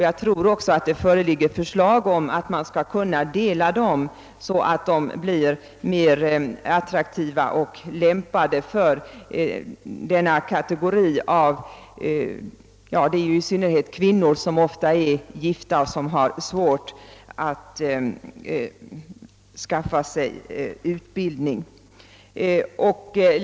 Jag tror också att det har framlagts förslag om att dessa kurser delas upp så att de kan bli mer attraktiva och lämpade också för kategorin gifta kvinnor, vilka har svårt att skaffa sig utbildning.